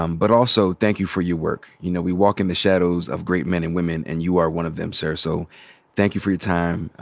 um but also thank you for your work. you know, we walk in the shadows of great men and women. and you are one of them, sir. so thank you for your time.